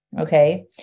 Okay